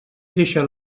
deixa